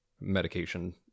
medication